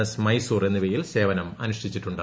S Mysore എന്നിവയിൽ സേവനം അനുഷ്ഠിച്ചിട്ടുണ്ട്